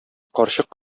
карчык